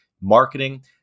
marketing